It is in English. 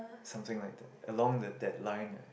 something like that along that line